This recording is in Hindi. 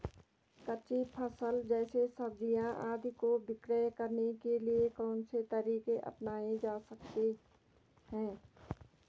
कच्ची फसल जैसे सब्जियाँ आदि को विक्रय करने के लिये कौन से तरीके अपनायें जा सकते हैं?